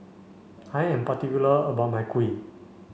I am particular about my Kuih